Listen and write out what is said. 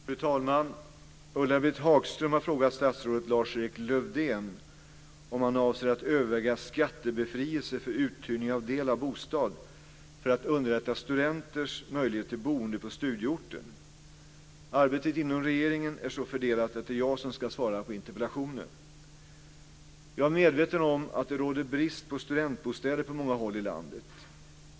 Fru talman! Ulla-Britt Hagström har frågat statsrådet Lars-Erik Lövdén om han avser att överväga skattebefrielse för uthyrning av del av bostad för att underlätta studenters möjlighet till boende på studieorten. Arbetet inom regeringen är så fördelat att det är jag som ska svara på interpellationen. Jag är medveten om att det råder brist på studentbostäder på många håll i landet.